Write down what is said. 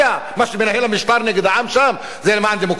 מה שמנהל המשטר נגד העם שם זה למען דמוקרטיה?